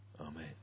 Amen